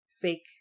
fake